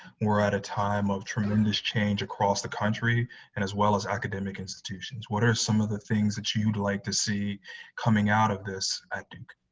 we're at a time of tremendous change across the country and as well as academic institutions, what are some of the things that you'd like to see coming out of this at duke?